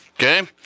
Okay